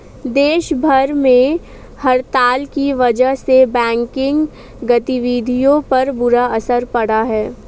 देश भर में हड़ताल की वजह से बैंकिंग गतिविधियों पर बुरा असर पड़ा है